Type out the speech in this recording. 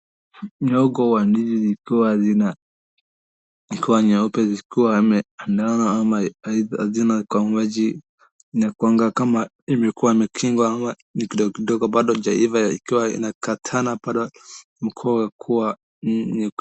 Nyogo wa ndizi zikiwa zina ikiwa nyeupe zikuwa ime ndogo ama hazina kwa maji zinakuanga kama imekuwa imekingwa ama ni kidogo kidogo bado haijaiva ikiwa inakatana bado ni mkoa kuwa .